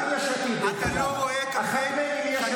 גם מיש עתיד, דרך אגב, אחת מהם היא מיש עתיד.